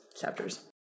chapters